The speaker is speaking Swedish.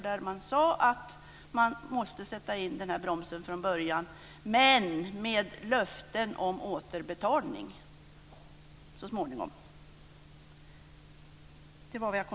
Det sades då att man måste sätta in den här bromsen från början, men med löften om återbetalning så småningom.